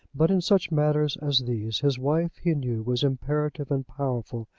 but in such matters as these his wife he knew was imperative and powerful,